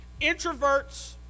Introverts